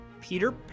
Peter